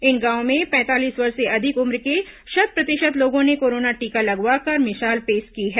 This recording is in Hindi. इन गांवों में पैंतालीस वर्ष से अधिक उम्र के शत प्रतिशत लोगों ने कोरोना टीका लगवा कर मिसाल पेश की है